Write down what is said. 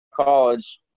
college